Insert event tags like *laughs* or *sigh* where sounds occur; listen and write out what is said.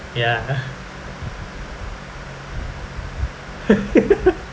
ya *laughs*